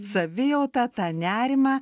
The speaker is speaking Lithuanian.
savijautą tą nerimą